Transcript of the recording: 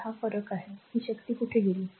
तर फरक आहे ती शक्ती कुठे गेली